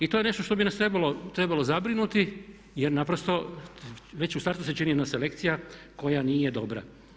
I to je nešto što bi nas trebalo zabrinuti jer naprosto već u startu se čini jedna selekcija koja nije dobra.